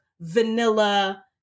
vanilla